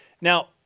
Now